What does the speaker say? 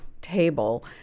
table